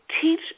teach